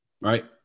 right